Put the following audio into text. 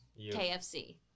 KFC